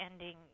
ending